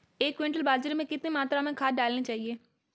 एक क्विंटल बाजरे में कितनी मात्रा में खाद डालनी चाहिए?